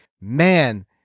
man